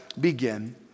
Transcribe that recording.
Begin